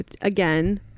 again